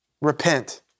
Repent